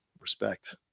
respect